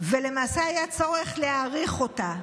ולמעשה היה צורך להאריך אותה.